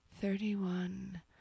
thirty-one